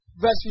Verse